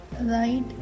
right